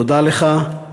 תודה לך,